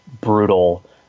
brutal